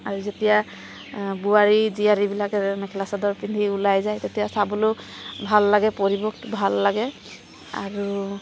আৰু যেতিয়া বোৱাৰী জীয়াৰীবিলাকে মেখেলা চাদৰ পিন্ধি ওলাই যায় তেতিয়া চাবলৈয়ো ভাল লাগে পৰিৱেশটো ভাল লাগে আৰু